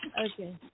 Okay